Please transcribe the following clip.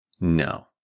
no